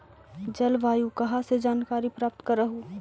जलवायु कहा से जानकारी प्राप्त करहू?